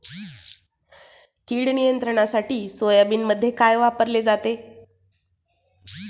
कीड नियंत्रणासाठी सोयाबीनमध्ये काय वापरले जाते?